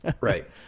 Right